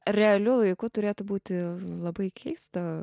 realiu laiku turėtų būti labai keista